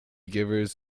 givers